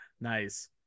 Nice